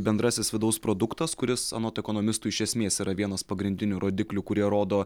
bendrasis vidaus produktas kuris anot ekonomistų iš esmės yra vienas pagrindinių rodiklių kurie rodo